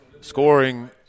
scoring